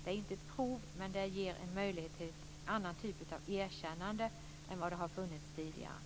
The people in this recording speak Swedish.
Det är inte ett prov, men det ger en möjlighet till en annan typ av erkännande än vad som har funnits tidigare.